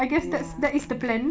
ya ya